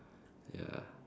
ya